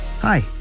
Hi